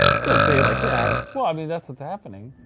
don't say it like that. well, i mean that's what's happening.